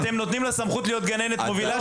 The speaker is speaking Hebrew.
אם אתם נותנים לה סמכות להיות גננת מובילה,